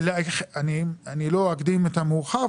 אני לא אקדים את המאוחר,